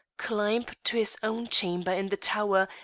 climb to his own chamber in the tower,